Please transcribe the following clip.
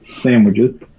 sandwiches